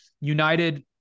United